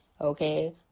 Okay